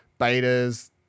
betas